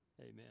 Amen